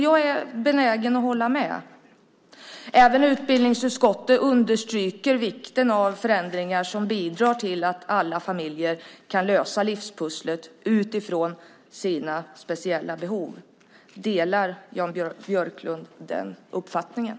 Jag är benägen att hålla med. Även utbildningsutskottet understryker vikten av förändringar som bidrar till att alla familjer kan lösa livspusslet utifrån sina speciella behov. Delar Jan Björklund den uppfattningen?